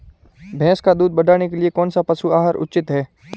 भैंस का दूध बढ़ाने के लिए कौनसा पशु आहार उचित है?